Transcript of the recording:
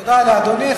תודה לאדוני.